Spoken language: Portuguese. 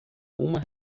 uma